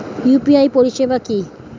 UPI পরিষেবা কি?